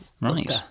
Right